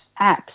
apps